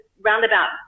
roundabout